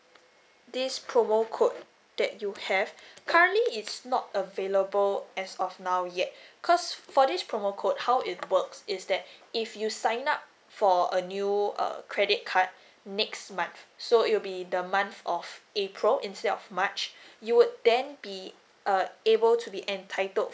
this promo code that you have currently is not available as of now yet cause for this promo code how it works is that if you sign up for a new err credit card next month so it will be the month of april instead of march you would then be err able to be entitled